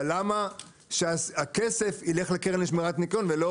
אבל למה שהכסף יילך לקרן לשמירת ניקיון ולא